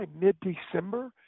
mid-December